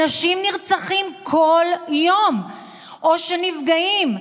אנשים נרצחים כל יום או נפגעים.